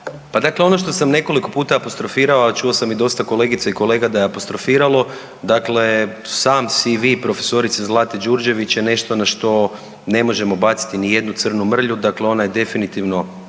Pa dakle ono što sam nekoliko puta apostrofirao, a čuo sam i dosta kolegica i kolega da je apostrofiralo, dakle sam CV prof. Zlate Đurđević je nešto na što ne možemo baciti nijednu crnu mrlju. Dakle, ona je definitivno